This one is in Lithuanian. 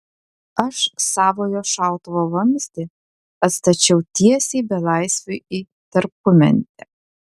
aš savojo šautuvo vamzdį atstačiau tiesiai belaisviui į tarpumentę